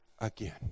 again